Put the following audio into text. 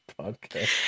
podcast